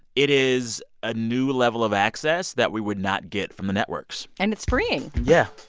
it is a new level of access that we would not get from the networks and it's freeing yeah.